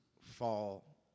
fall